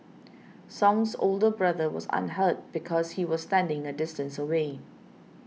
Song's older brother was unhurt because he was standing a distance away